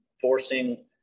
forcing